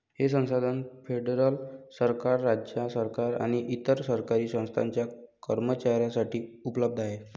हे संसाधन फेडरल सरकार, राज्य सरकारे आणि इतर सरकारी संस्थांच्या कर्मचाऱ्यांसाठी उपलब्ध आहे